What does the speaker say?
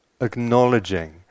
acknowledging